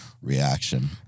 reaction